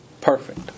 perfect